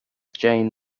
jayne